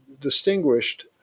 distinguished